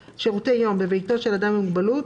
לשירותי יום בביתו של אדם עם מוגבלות,